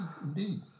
indeed